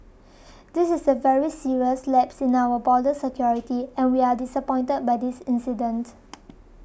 this is a very serious lapse in our border security and we are disappointed by this incident